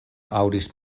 aŭdis